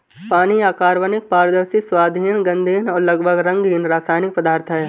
पानी अकार्बनिक, पारदर्शी, स्वादहीन, गंधहीन और लगभग रंगहीन रासायनिक पदार्थ है